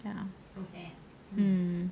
ya um